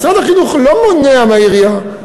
משרד החינוך לא מונע מהעירייה,